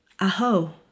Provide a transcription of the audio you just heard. Aho